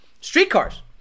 streetcars